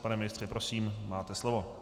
Pane ministře, prosím, máte slovo.